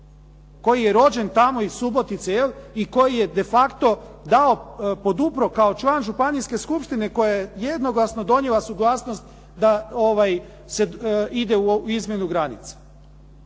koji je rođen tamo, iz Subotice, je li i koji je de facto dao, podupro kao član županijske skupštine koja je jednoglasno donijela suglasnost da se ide u izmjenu granica.